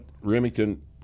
remington